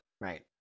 right